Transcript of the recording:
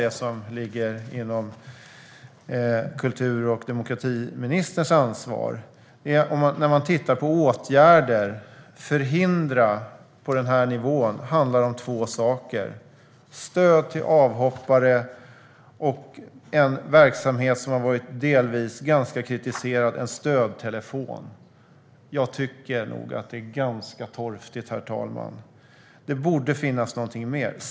När man ser på de åtgärder som vidtas frapperas man lite grann av vad det handlar om. Att förhindra på denna nivå handlar om två saker: stöd till avhoppare och en verksamhet som delvis har varit ganska kritiserad, nämligen en stödtelefon. Jag tycker nog att det är ganska torftigt, herr talman. Det borde finnas någonting mer.